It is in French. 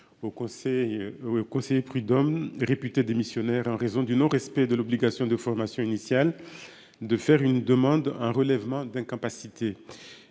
Conseil des prud'hommes réputée démissionnaire en raison du non-, respect de l'obligation de formation initiale. De faire une demande un relèvement d'incapacité.